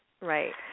right